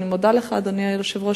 אדוני היושב-ראש,